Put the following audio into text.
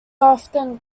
often